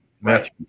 Matthew